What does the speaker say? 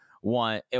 one